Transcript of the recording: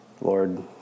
Lord